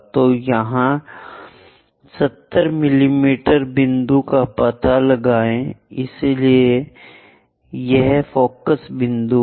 तो यहां 70 मिमी बिंदु का पता लगाएं इसलिए यह फोकस बिंदु है